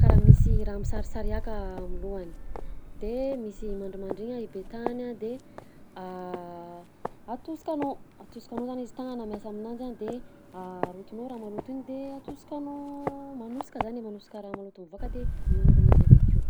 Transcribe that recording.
karaha misy raha misarisariàka am'lohany, de misy mandrimandry igny a ipetahany a de atosikanao, atosikanao zany izy, tagnana miasa aminanjy a de rotonao raha maloto igny de atosikanao manosika zany e, manosika raha maloto mivoaka de miongona izy avy akeo.